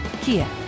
Kia